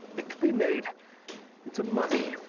it couid be made into money.